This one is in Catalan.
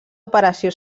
operació